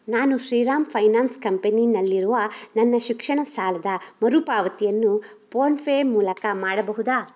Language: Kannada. ನಾನು ಶ್ರೀರಾಂ ಫೈನಾನ್ಸ್ ಕಂಪನಿನಲ್ಲಿರುವ ನನ್ನ ಶಿಕ್ಷಣ ಸಾಲದ ಮರುಪಾವತಿಯನ್ನು ಪೋನ್ಫೇ ಮೂಲಕ ಮಾಡಬಹುದಾ